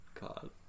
God